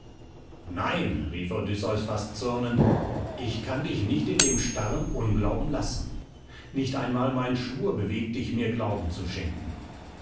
nein rief odysseus fast zürnend ich kann dich nicht in dem starren unglauben lassen nicht einmal mein schwur bewegt dich mir glauben zu schenken